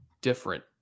different